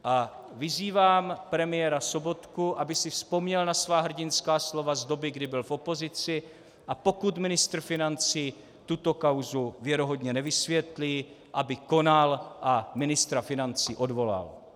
A vyzývám premiéra Sobotku, aby si vzpomněl na svá hrdinská slova z doby, kdy byl v opozici, a pokud ministr financí tuto kauzu věrohodně nevysvětlí, aby konal a ministra financí odvolal.